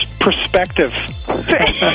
perspective